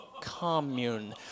commune